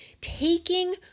taking